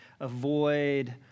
avoid